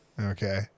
Okay